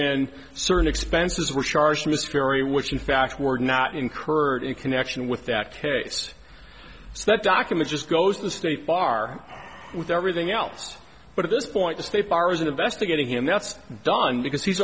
in certain expenses were charged miscarry which in fact were not incurred in connection with that case so that document just goes to the state bar with everything else but at this point to stay far as an investigating him that's done because he's